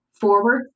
forward